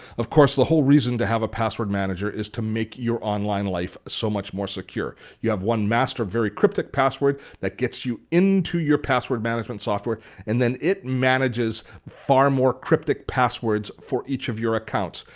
of course, the whole reason to have a password manager is to make your online life so much more secure. you have one master, very cryptic password that gets you into your password management software and then it manages far more cryptic passwords for each of your accounts,